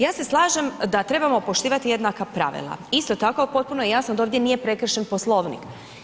Ja se slažem da trebamo poštivati jednaka pravila, isto tako, potpuno je jasno da ovdje nije prekršen poslovnik.